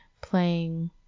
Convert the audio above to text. playing